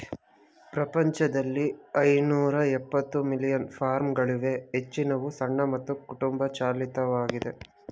ಪ್ರಪಂಚದಲ್ಲಿ ಐನೂರಎಪ್ಪತ್ತು ಮಿಲಿಯನ್ ಫಾರ್ಮ್ಗಳಿವೆ ಹೆಚ್ಚಿನವು ಸಣ್ಣ ಮತ್ತು ಕುಟುಂಬ ಚಾಲಿತವಾಗಿದೆ